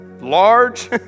large